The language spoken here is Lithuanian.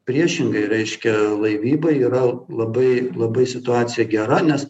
priešingai reiškia laivyba yra labai labai situacija gera nes